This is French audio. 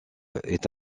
est